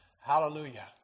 Hallelujah